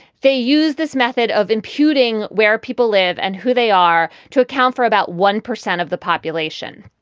they use this method of imputing where people live and who they are to account for about one percent of the population.